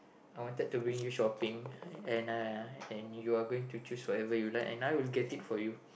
I wanted to bring you shopping and uh and you're going to choose whatever you like and I will get it for you